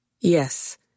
Yes